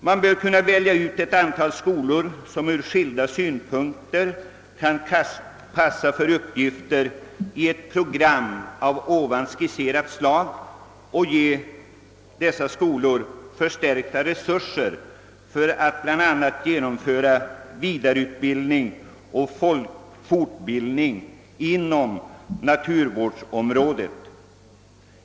Man bör välja ut ett antal skolor, som ur skilda synpunkter kan passa för olika uppgifter i ett program av det skisserade slaget, och ge dessa skolor förstärkta resurser för att bl.a. driva vidareutbildning och fortbildning inom naturvårdsområdet.